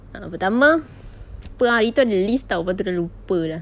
ah yang pertama apa ah itu ada list tahun lepas itu sudah lupa sudah